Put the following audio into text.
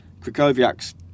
Krakowiak's